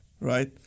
right